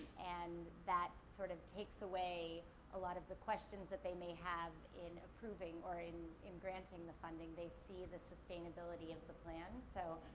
and that sort of takes away a lot of the questions they may have in approving or in in granting the funding. they see the sustainability of the plan. so,